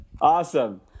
Awesome